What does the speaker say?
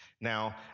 Now